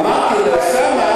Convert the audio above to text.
אמרתי לאוסאמה.